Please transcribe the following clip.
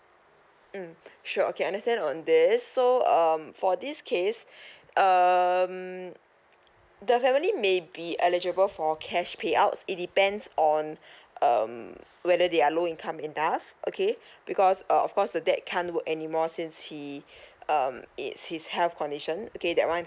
mm sure okay understand on this so um for this case um definitely may be eligible for cash payouts it depends on um whether they are low income enough okay because uh of course the dad can't work anymore since he um it's his health condition okay that one